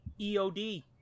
EOD